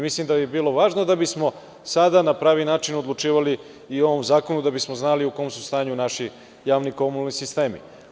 Mislim da bi bilo važno da bismo sada na pravi način odlučivali o ovom zakonu, da bismo znali u kom su stanju naši javni komunalni sistemi.